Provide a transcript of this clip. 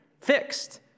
Fixed